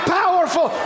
powerful